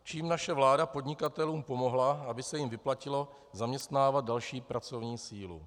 Čím naše vláda podnikatelům pomohla, aby se jim vyplatilo zaměstnávat další pracovní sílu?